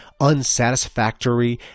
unsatisfactory